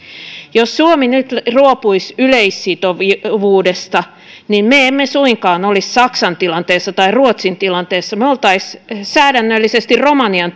jos suomi nyt luopuisi yleissitovuudesta me emme suinkaan olisi saksan tilanteessa tai ruotsin tilanteessa vaan me olisimme säädännöllisesti romanian